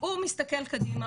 הוא מסתכל קדימה,